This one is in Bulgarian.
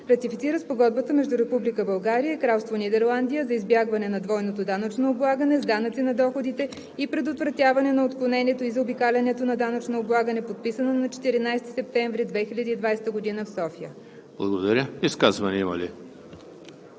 Ратифицира Спогодбата между Република България и Кралство Нидерландия за избягване на двойното данъчно облагане с данъци на доходите и предотвратяване на отклонението и заобикалянето на данъчното облагане, подписана на 14 септември 2020 г. в София.“ ПРЕДСЕДАТЕЛ ЕМИЛ ХРИСТОВ: Има ли